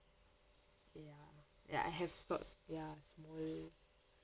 ya ya I have stock ya small